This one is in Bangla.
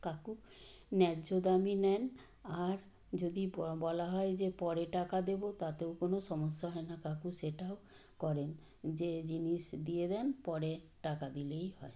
কাকু ন্যায্য দামই নেন আর যদি বলা হয় যে পরে টাকা দেব তাতেও কোনও সমস্যা হয় না কাকু সেটাও করেন যে জিনিস দিয়ে দেন পরে টাকা দিলেই হয়